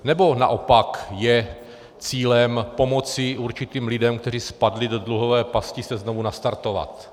Nebo naopak je cílem pomoci určitým lidem, kteří spadli do dluhové pasti, se znovu nastartovat?